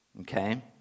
okay